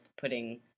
putting